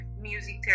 music